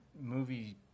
movie